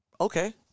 Okay